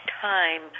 time